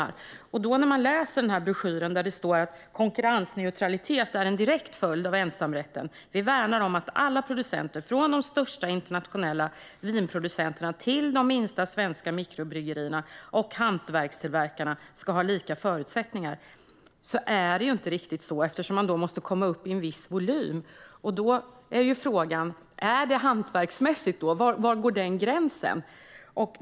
I broschyren om det lokala och småskaliga står det att "konkurrensneutralitet är en direkt följd av ensamrätten - vi värnar om att alla producenter, från de största internationella vinproducenterna till de minsta svenska mikrobryggerierna och hantverkstillverkarna ska ha lika förutsättningar". Men så är det ju inte riktigt, eftersom man måste komma upp i en viss volym. Då är frågan: Är det hantverksmässigt då? Var går gränsen?